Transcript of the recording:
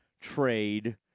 trade